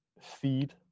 feed